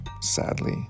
sadly